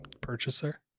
purchaser